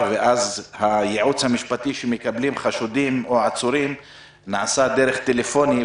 ואז הייעוץ המשפטי שמקבלים חשודים או עצורים נעשה דרך טלפונים,